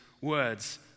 words